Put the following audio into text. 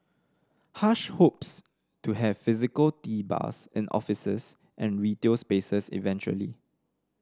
hush hopes to have physical tea bars in offices and retail spaces eventually